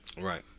Right